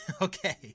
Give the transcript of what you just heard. Okay